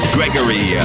Gregory